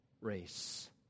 race